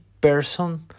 person